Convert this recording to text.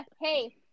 hey